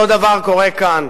אותו דבר קורה כאן.